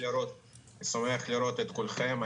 שמח לראות את כולכם.